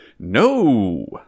No